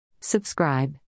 Subscribe